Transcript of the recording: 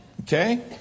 Okay